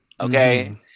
okay